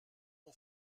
ont